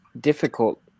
difficult